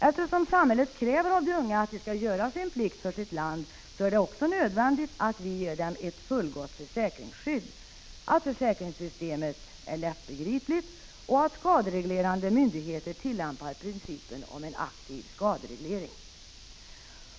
Eftersom samhället kräver av de unga att de skall göra sin plikt för sitt land, är det nödvändigt att vi också ger dem ett fullgott försäkringsskydd, att försäkringssystemet är lättbegripligt och att skadereglerande myndigheter tillämpar principen om en aktiv skadereglering.